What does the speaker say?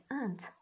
aunt